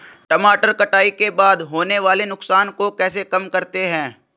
टमाटर कटाई के बाद होने वाले नुकसान को कैसे कम करते हैं?